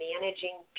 managing